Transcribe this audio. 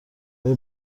های